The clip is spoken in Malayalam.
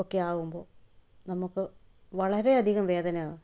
ഒക്കെ ആകുമ്പോൾ നമുക്ക് വളരെ അധികം വേദന